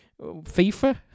FIFA